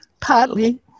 partly